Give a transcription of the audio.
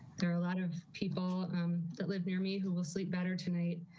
there are a lot of people that live near me, who will sleep better tonight,